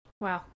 Wow